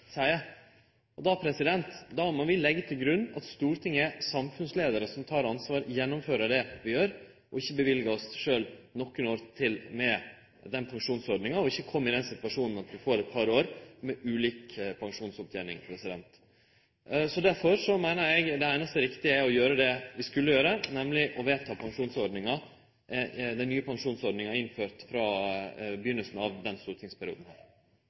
seier, må vi leggje til grunn at Stortinget er samfunnsleiar som tek ansvar, gjennomfører og ikkje skaffar oss sjølve nokre år til med den pensjonsordninga, at vi ikkje kjem i den situasjonen at vi får eit par år med ulik pensjonsopptening. Derfor meiner eg det einaste riktige er å gjere det vi skulle gjere, nemleg å vedta den nye pensjonsordninga innført frå byrjinga av den stortingsperioden.